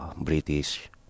British